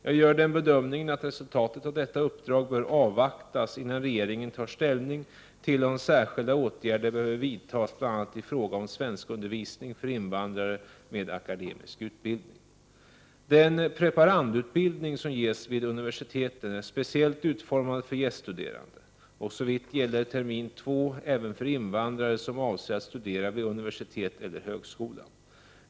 Jag gör den bedömingen att resultatet av detta uppdrag bör avvaktas innan regeringen tar ställning till om särskilda åtgärder behöver vidtas bl.a. i fråga om svenskundervisning för invandrare med akademisk utbildning. Den preparandutbildning som ges vid universiteten är speciellt utformad för gäststuderande och såvitt gäller termin två även för invandrare som avser att studera vid universitet eller högskola.